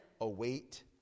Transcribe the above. await